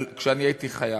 כשאני הייתי חייל.